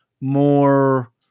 more